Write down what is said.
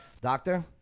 Doctor